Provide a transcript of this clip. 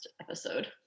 episode